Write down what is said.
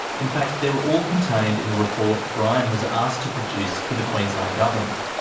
in fact, they're all contained in a report brian was asked to produce for the queensland government.